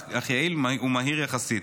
אך יעיל ומהיר יחסית.